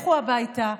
לכו הביתה.